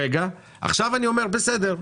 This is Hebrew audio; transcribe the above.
עכשיו אני אומר: בסדר,